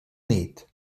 nit